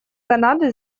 канады